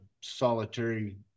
solitary